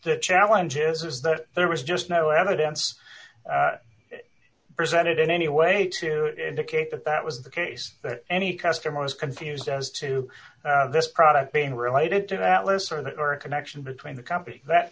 the challenge is is that there was just no evidence presented in any way to indicate that that was the case that any customer was confused as to this product being related to that lesser or a connection between the company that